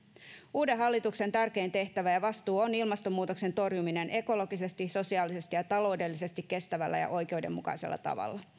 uuden hallituksen tärkein tehtävä ja vastuu on ilmastonmuutoksen torjuminen ekologisesti sosiaalisesti ja taloudellisesti kestävällä ja oikeudenmukaisella tavalla